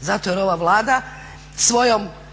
Zato jer ova Vlada svojom